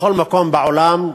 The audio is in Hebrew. בכל מקום בעולם,